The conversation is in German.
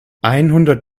einhundert